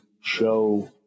show